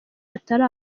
batari